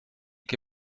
che